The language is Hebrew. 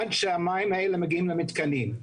עד שהמים האלה מגיעים למתקנים.